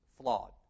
flawed